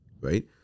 right